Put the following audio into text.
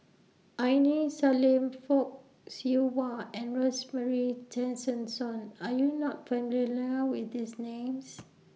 Aini Salim Fock Siew Wah and Rosemary Tessensohn Are YOU not familiar with These Names